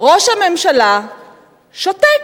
ראש הממשלה שותק.